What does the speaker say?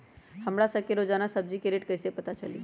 हमरा सब के रोजान सब्जी के रेट कईसे पता चली?